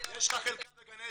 אז חבר'ה קדימה.